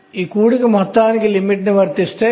మరియు ఇది మనకు పరమాణువు యొక్క నిర్మాణాన్ని ఇస్తుంది